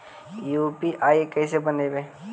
UPI कैसे बनइबै?